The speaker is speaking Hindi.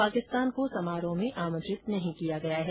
पाकिस्तान को समारोह में आमंत्रित नहीं किया गया है